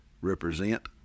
represent